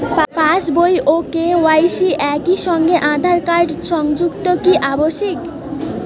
পাশ বই ও কে.ওয়াই.সি একই সঙ্গে আঁধার কার্ড সংযুক্ত কি আবশিক?